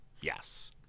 Yes